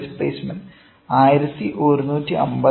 displacement 11502005